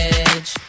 edge